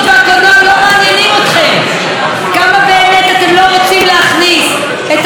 כמה באמת אתם לא רוצים להכניס את הקולות החדשים שהודרו